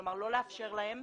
כלומר לא לאפשר להם,